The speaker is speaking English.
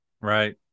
Right